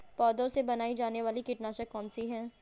पौधों से बनाई जाने वाली कीटनाशक कौन सी है?